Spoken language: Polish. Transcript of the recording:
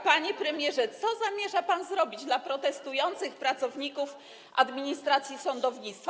Panie premierze, co zamierza pan zrobić dla protestujących pracowników administracji sądownictwa?